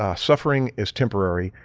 ah suffering is temporary,